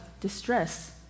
distress